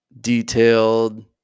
detailed